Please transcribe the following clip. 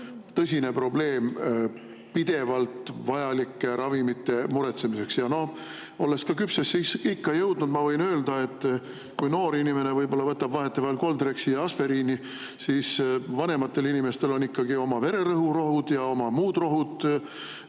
tõsine probleem pidevalt vajalike ravimite muretsemisel. Olles ka küpsesse ikka jõudnud, võin öelda, et kui noor inimene võtab vahetevahel Coldrexi ja aspiriini, siis vanematel inimestel on oma vererõhurohud ja muud rohud.